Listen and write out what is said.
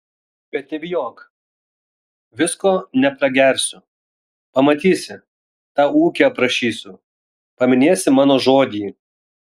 bet nebijok visko nepragersiu pamatysi tau ūkį aprašysiu paminėsi mano žodį